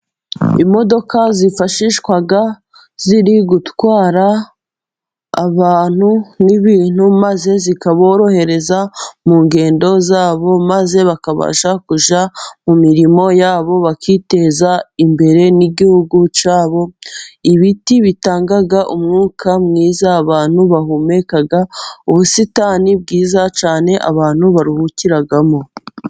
Imodoka zifashishwa ziri gutwara abantu n'ibintu, maze zikaborohereza mu ngendo zabo, maze bakabasha kujya mu mirimo yabo bakiteza imbere n'igihugu cyabo. Ibiti bitanga umwuka mwiza, abantu bahumeka ubusitani bwiza cyane, abantu baruhukiramo.